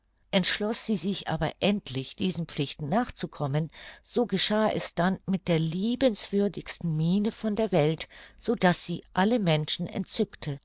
entschloß sie sich aber endlich diesen pflichten nachzukommen so geschah es dann mit der liebenswürdigsten miene von der welt so daß sie alle menschen entzückte